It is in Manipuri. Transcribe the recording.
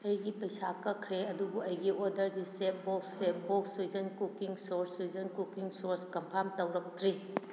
ꯑꯩꯒꯤ ꯄꯩꯁꯥ ꯀꯛꯈ꯭ꯔꯦ ꯑꯗꯨꯕꯨ ꯑꯩꯒꯤ ꯑꯣꯔꯗꯔꯗꯤ ꯆꯦꯞꯕꯣꯁ ꯆꯦꯞꯕꯣꯁ Szechuan cooking sauce Szechuan cooking sauce confirm ꯇꯧꯔꯛꯇ꯭ꯔꯤ